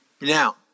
Now